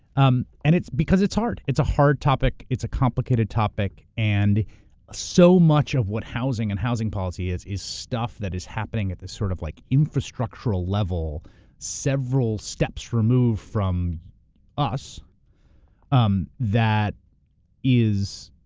um and it's because it's hard, it's a hard topic, it's a complicated topic and so much of what housing and housing policy is, is stuff that is happening at the sort of like infrastructural level several steps removed from us um that